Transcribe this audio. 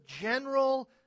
general